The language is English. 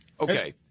Okay